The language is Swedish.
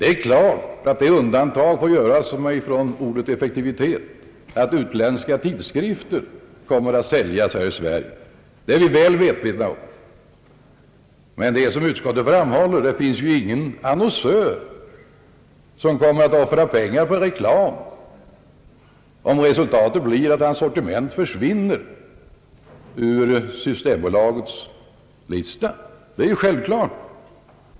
Det är klart att undantag får göras från effektivitetskravet i fråga om utländska tidskrifter, som kommer att säljas här i Sverige — det är vi väl medvetna om — men utskottet framhåller att det inte finns någon utländsk producent av rusdrycker som kommer att offra pengar på reklam, om resultatet blir att hans sortiment försvinner ur systembolagets lista.